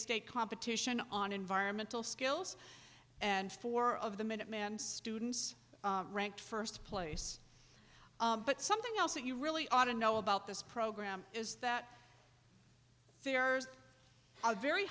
state competition on environmental skills and four of the minuteman students ranked first place but something else that you really ought to know about this program is that fares are very